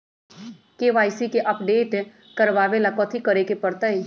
KYC के update करवावेला कथि करें के परतई?